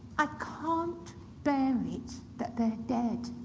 i can't bear it that they're dead.